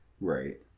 right